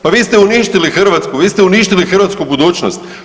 Pa vi ste uništili Hrvatsku, vi ste uništili hrvatsku budućnost.